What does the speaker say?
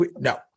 no